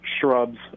shrubs